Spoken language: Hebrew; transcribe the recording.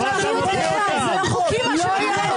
(קריאות) אתה צריך לתת